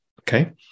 okay